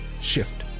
shift